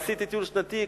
עשיתי טיול שנתי,